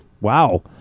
wow